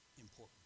important